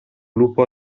lupo